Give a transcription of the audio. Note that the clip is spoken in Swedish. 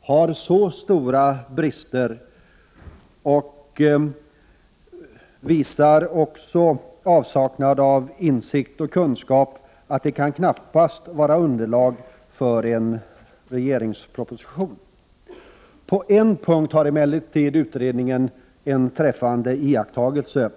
har så stora brister och visar i så stor utsträckning avsaknad av insikt och kunskap att de knappast kan utgöra underlag för en regeringsproposition. På en punkt har emellertid utredningen gjort en träffande iakttagelse.